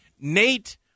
Nate